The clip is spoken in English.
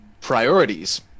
Priorities